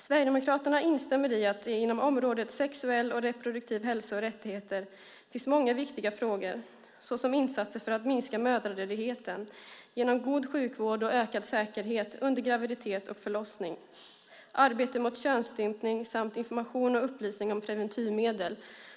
Sverigedemokraterna instämmer i att det inom området sexuell och reproduktiv hälsa och rättigheter finns många viktiga frågor såsom insatser för att minska mödradödligheten genom god sjukvård och ökad säkerhet under graviditet och förlossning, arbete mot könsstympning samt information och upplysning om preventivmedel